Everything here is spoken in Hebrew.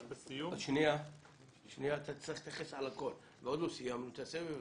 אתה תצטרך להתייחס לכל ועוד לא סיימנו את הסבב.